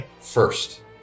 first